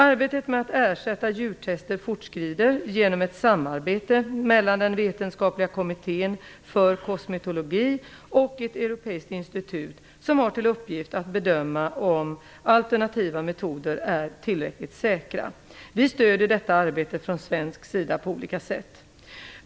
Arbetet med att ersätta djurtest fortskrider genom ett samarbete mellan den vetenskapliga kommittén för kosmetologi och ett europeiskt institut som har till uppgift att bedöma om alternativa metoder är tillräckligt säkra. Vi stöder detta arbete från svensk sida på olika sätt.